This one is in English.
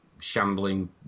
shambling